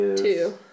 two